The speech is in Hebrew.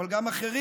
אבל גם אחרים,